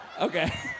okay